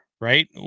right